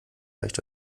leicht